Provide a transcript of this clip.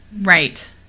right